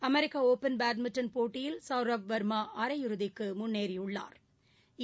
America Open badminton போட்டியில் சவ்ரப் வா்மஅரை இறுதிக்குமுன்னேறியுள்ளாா்